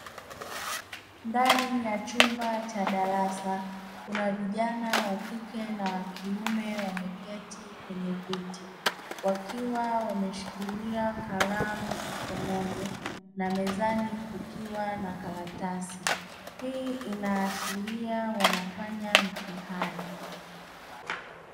Ndani ya chumba cha darasa kuna vijana wa kike na wa kiume wameketi kwenye viti wakiwa wameshikilia kalamu mkononi na mezani kukiwa na karatasi hii inaashiria wanafanya mtihani.